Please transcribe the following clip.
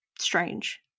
strange